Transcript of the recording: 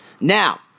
Now